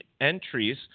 entries